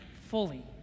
fully